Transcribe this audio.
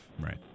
Right